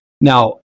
Now